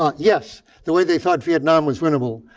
um yes, the way they thought vietnam was winnable.